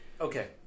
Okay